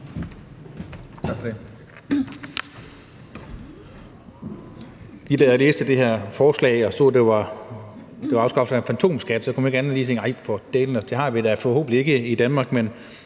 Tak for det.